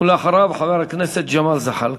ואחריו, חבר הכנסת ג'מאל זחאלקה.